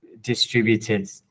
distributed